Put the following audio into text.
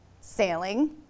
Sailing